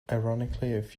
ironically